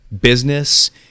business